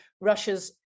Russia's